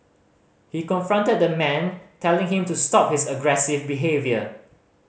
he confronted the man telling him to stop his aggressive behaviour